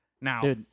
Now